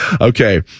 Okay